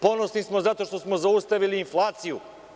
Ponosni smo zato što smo zaustavili inflaciju.